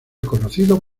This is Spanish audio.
conocido